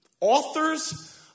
Authors